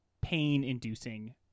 pain-inducing